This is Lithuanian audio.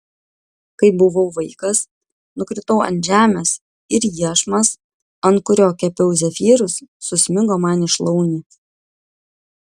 kai buvau vaikas nukritau ant žemės ir iešmas ant kurio kepiau zefyrus susmigo man į šlaunį